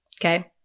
okay